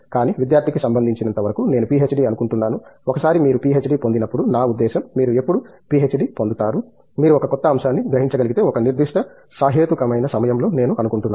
కానీ విద్యార్థికి సంబంధించినంతవరకు నేను పీహెచ్డీ అనుకుంటున్నాను ఒకసారి మీరు పీహెచ్డీ పొందినప్పుడు నా ఉద్దేశ్యం మీరు ఎప్పుడు పీహెచ్డీ పొందుతారు మీరు ఒక క్రొత్త అంశాన్ని గ్రహించగలిగితే ఒక నిర్దిష్ట సహేతుకమైన సమయంలో నేను అనుకుంటున్నాను